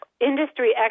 industry